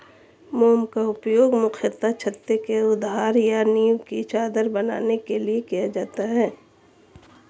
मोम का उपयोग मुख्यतः छत्ते के आधार या नीव की चादर बनाने के लिए किया जाता है